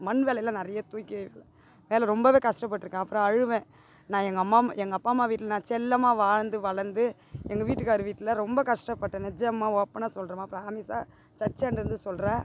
மண் வேலைல்லாம் நிறைய தூக்கி வேலை ரொம்பவே கஷ்டப்பட்ருக்கேன் அப்பறம் அழுவேன் நான் எங்கள் அம்மா எங்கள் அப்பா அம்மா வீட்டில் நான் செல்லமா வாழ்ந்து வளர்ந்து எங்கள் வீட்டுக்காரு வீட்டில் ரொம்ப கஷ்டப்பட்டேன் நிஜமா ஓப்பனா சொல்கிறேம்மா ப்ராமிஸ்ஸாக சர்ச்சாண்ட்ட இருந்து சொல்கிறேன்